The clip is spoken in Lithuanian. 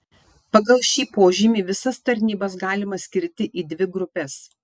pagal šį požymį visas tarnybas galima skirti į dvi grupes